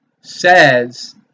says